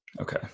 Okay